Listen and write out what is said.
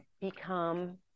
become